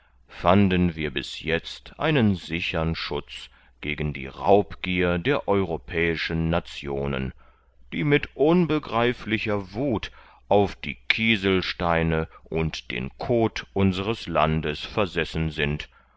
fanden wir bis jetzt einen sichern schutz gegen die raubgier der europäischen nationen die mit unbegreiflicher wuth auf die kieselsteine und den koth unseres landes versessen sind